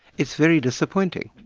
it's very disappointing.